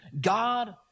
God